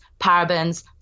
parabens